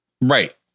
Right